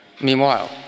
Meanwhile